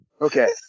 Okay